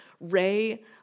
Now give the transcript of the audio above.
ray